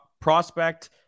prospect